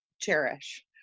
cherish